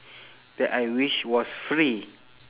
that I wish was free